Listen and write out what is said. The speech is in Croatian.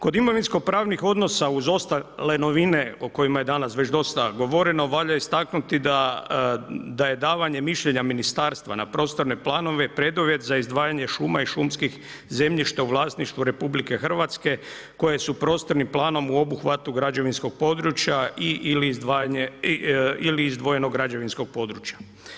Kod imovinsko pravnih odnosa, uz ostale novine o kojima je danas već dosta govoreno, valja istaknuti da je davanje mišljenja ministarstva na prostorne planove preduvjet za izdvajanje šuma i šumskih zemljišta u vlasništvu RH koje su prostornim planom u obuhvatu građevinskog područja ili izdvojenog građevinskog područja.